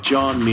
John